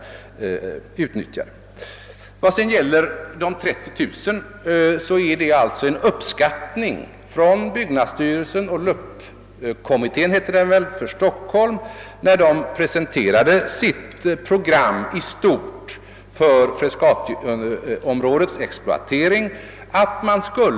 Siffran 30000 studerande som jag omnämnde i mitt förra inlägg och som fru Nettelbrandt tog fasta på är en uppskattning som byggnadsstyrelsen och LUP-kommittén för Stockholm gjorde när programmet i stort för Frescatiområdets exploatering presenterades för ett par år sedan.